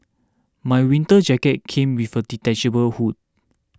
my winter jacket came with a detachable hood